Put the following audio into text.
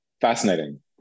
Fascinating